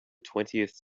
twentieth